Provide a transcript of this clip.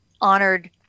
honored